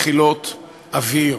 מכילות אוויר,